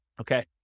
Okay